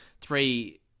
Three